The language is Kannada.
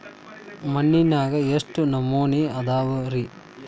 ಮಣ್ಣಿನಾಗ ಎಷ್ಟು ನಮೂನೆ ಅದಾವ ರಿ?